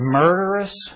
murderous